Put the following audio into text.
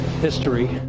history